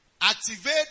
Activate